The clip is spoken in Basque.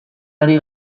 ari